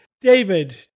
David